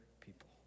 people